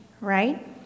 right